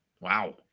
Wow